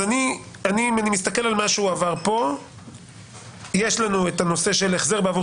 אם אני מסתכל על מה שהועבר פה יש לנו נושא של החזר בעבור